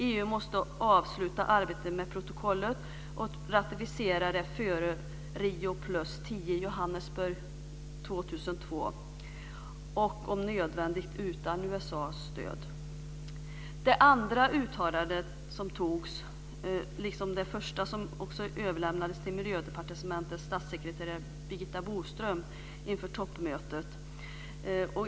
EU måste avsluta arbetet med protokollet och ratificera det före Rio +10 i Johannesburg 2002, och om nödvändigt utan USA:s stöd. Det andra uttalandet som antogs överlämnades liksom det första till Miljödepartementets statssekreterare Birgitta Boström inför toppmötet.